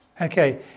Okay